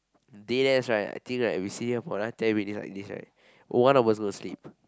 deadass right think right we sit here for another ten minutes like this right one of us is gonna sleep